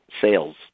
sales